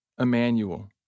Emmanuel